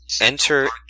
enter